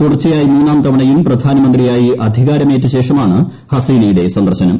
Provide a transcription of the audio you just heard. തുടർച്ചയായി മൂന്നാം തവണയും പ്രധാനമന്ത്രിയായി അധികാരമേറ്റശേഷമാണ് ഹസീനയുടെ സന്ദർശനം